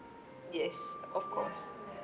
yes of course